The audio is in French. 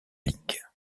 ligue